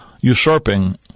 usurping